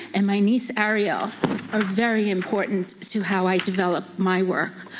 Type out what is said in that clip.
and my niece ariel are very important to how i develop my work.